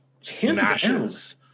smashes